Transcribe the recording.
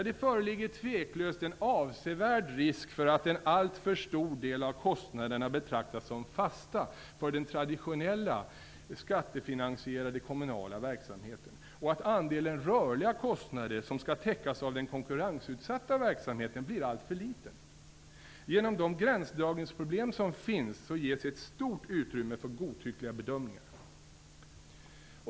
Det föreligger tveklöst en avsevärd risk för att en alltför stor del av kostnaderna betraktas som fasta för den traditionella skattefinansierade kommunala verksamheten och att andelen rörliga kostnader som skall täckas av den konkurrensutsatta verksamheten blir alltför liten. Genom de gränsdragningsproblem som finns ges ett stort utrymme för godtyckliga bedömningar.